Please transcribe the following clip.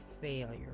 failure